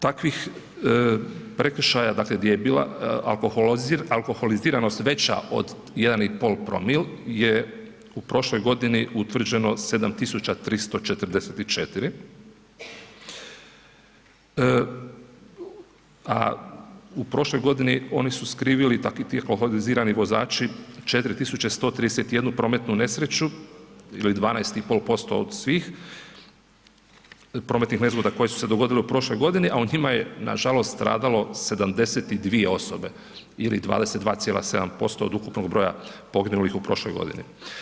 Takvih prekršaja gdje je bila alkoholiziranost veća od 1,5 promil je u prošloj godini utvrđeno 7.344, a u prošloj godini oni su skrivili dakle ti alkoholizirani vozači 4.131 prometnu nesreću ili 12,5% od svih prometnih nezgoda koje su se dogodile u prošloj godini, a u njima je nažalost stradalo 72 osobe ili 22,7% od ukupnog broja poginulih u prošloj godini.